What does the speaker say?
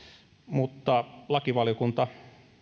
myöhemmin lakivaliokunta